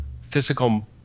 physical